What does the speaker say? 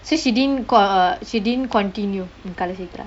so she didn't co~ uh she didn't continue in kalakshetra